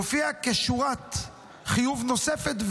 מופיע כשורת חיוב נוספת,